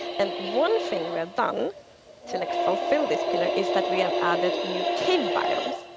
and one thing we have done to like fulfill this pillar is that we have added new cave biomes.